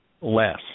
less